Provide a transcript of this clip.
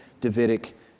Davidic